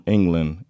England